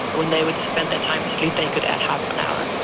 when they would spend that time asleep they could add half an hour.